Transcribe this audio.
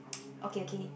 okay okay